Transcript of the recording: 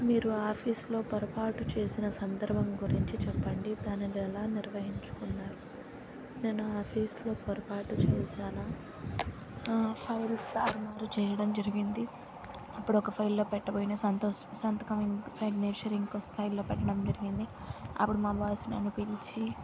మీరు ఆఫీసులో పొరపాటు చేసిన సందర్భం గురించి చెప్పండి దానిని ఎలా నిర్వహించుకున్నారు నేను ఆఫీస్లో పొరపాటు చేసాన ఆ ఫైల్స్ తారుమారు చేయడం జరిగింది అప్పుడు ఒక ఫైల్లో పెట్టబోయిన సంతోస్ సంతకం సిగ్నేచర్ ఇంకో ఫైల్లో పెట్టడం జరిగింది అప్పుడు మా బాస్ నన్ను పిలిచి